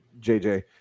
JJ